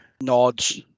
nods